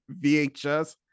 VHS